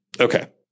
Okay